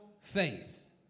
faith